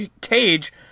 Cage